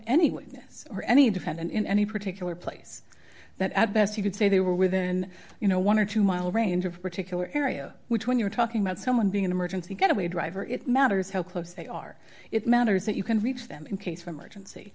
witness or any defendant in any particular place that at best you could say they were within you know one or two mile range of particular area which when you're talking about someone being an emergency getaway driver it matters how close they are it matters that you can reach them in case of emergency